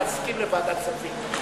את יכולה להסכים לוועדת כספים.